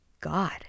God